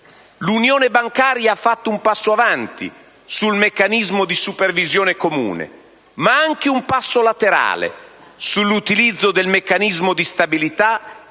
L'unione bancaria ha fatto un passo avanti sul meccanismo di supervisione comune, ma anche un passo laterale sull'utilizzo del meccanismo di stabilità